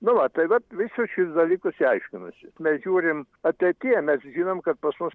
nu va tai vat visus šiuos dalykus jie aiškinosi mes žiūrim ateityje mes žinom kad pas mus